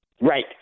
right